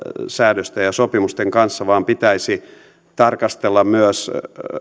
säädösten ja sopimusten kanssa vaan pitäisi tarkastella myös